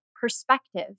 perspective